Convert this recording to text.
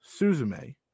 Suzume